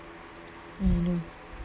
I know